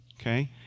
okay